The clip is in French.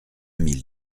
mille